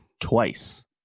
twice